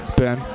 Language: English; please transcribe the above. ben